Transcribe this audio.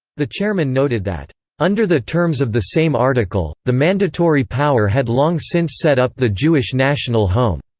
the chairman noted that under the terms of the same article, the mandatory power had long since set up the jewish national home.